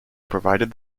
provided